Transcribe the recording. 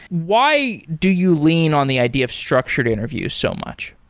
why do you lean on the idea of structured interview so much?